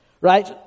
Right